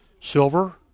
silver